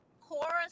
chorus